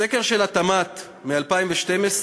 בסקר של התמ"ת מ-2012,